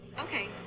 Okay